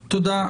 תודה.